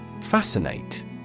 Fascinate